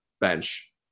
bench